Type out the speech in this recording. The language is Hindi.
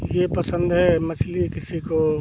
यह पसंद है मछली किसी को